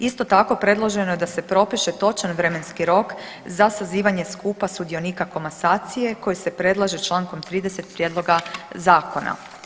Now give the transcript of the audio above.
Isto tako predloženo je da se propiše točan vremenski rok za sazivanje skupa sudionika komasacije koji se predlaže člankom 30. prijedloga zakona.